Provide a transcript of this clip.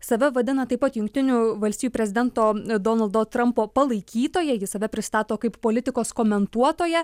save vadina taip pat jungtinių valstijų prezidento donaldo trampo palaikytoja ji save pristato kaip politikos komentuotoją